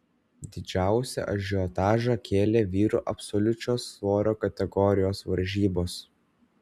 didžiausią ažiotažą kėlė vyrų absoliučios svorio kategorijos varžybos